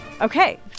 Okay